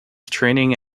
training